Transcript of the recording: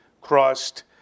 crossed